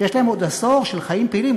שיש להם עוד עשור של חיים פעילים.